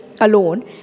alone